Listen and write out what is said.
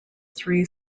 three